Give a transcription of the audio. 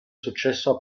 successo